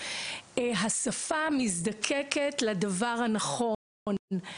השפה מזדככת לדבר הנכון.